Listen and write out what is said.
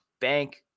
bank